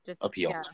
appeal